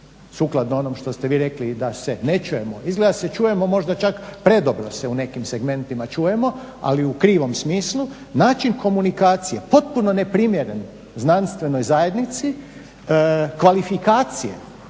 sukladno onome što ste rekli da se ne čujemo. Izgleda da se čujemo, možda čak predobro se u nekim segmentima čujemo ali u krivom smislu, način komunikacije potpuno neprimjeren znanstvenoj zajednici, kvalifikacije